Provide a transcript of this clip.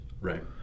Right